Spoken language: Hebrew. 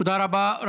תודה רבה.